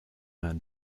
man